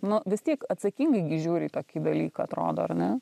nu vis tiek atsakingai gi žiūri į tokį dalyką atrodo ar ne